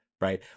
right